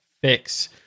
fix